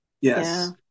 Yes